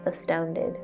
astounded